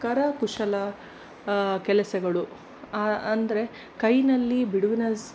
ಕರಕುಶಲ ಕೆಲಸಗಳು ಅಂದರೆ ಕೈಯ್ಯಲ್ಲಿ ಬಿಡುವಿನ ಸ್